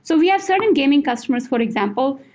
so we have certain gaming customers, for example,